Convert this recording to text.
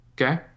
okay